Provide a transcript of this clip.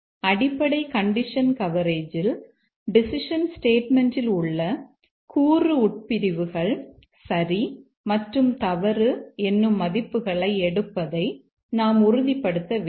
அடிப்படை கண்டிஷன் கவரேஜில் டெசிஷன் ஸ்டேட்மெண்ட்யில் உள்ள கூறு உட்பிரிவுகள் சரி மற்றும் தவறு என்னும் மதிப்புகளை எடுப்பதை நாம் உறுதிப்படுத்த வேண்டும்